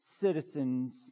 citizens